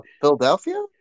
Philadelphia